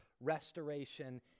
restoration